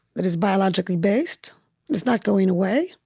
that it's biologically based it's not going away